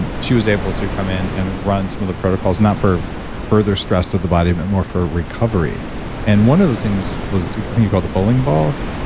and she was able to come in and run some of the protocols, not for further stress with the body, but more for recovery and one of those things was, i think you called the bowling ball,